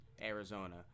Arizona